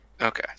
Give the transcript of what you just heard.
Okay